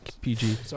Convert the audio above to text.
PG